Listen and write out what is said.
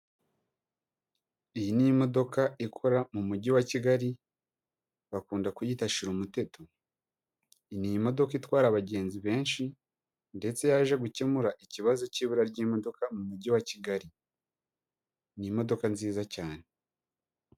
Iyi ni imodoka ikora mu mujyi wa Kigali bakunda kuyita shira umuteto, ni modoka itwara abagenzi benshi ndetse yaje gukemura ikibazo cy'ibura ry'imodoka mu mujyi wa Kigali, ni imodoka nziza cyane,